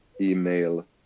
email